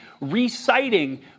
reciting